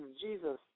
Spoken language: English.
Jesus